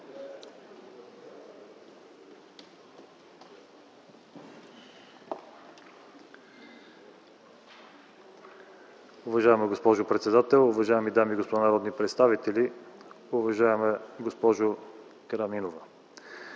Уважаема госпожо председател, уважаеми дами и господа народни представители, уважаема госпожо Караминова!